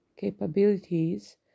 capabilities